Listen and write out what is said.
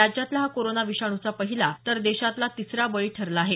राज्यातला हा कोरोना विषाणूचा पहिला तर देशातला तिसरा बळी ठरला आहे